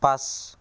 পাঁচ